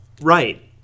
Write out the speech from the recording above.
Right